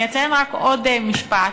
אני אציין רק עוד משפט: